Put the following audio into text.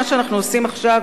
מה שאנחנו עושים עכשיו,